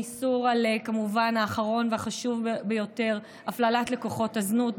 והאיסור האחרון והחשוב ביותר: הפללת לקוחות הזנות,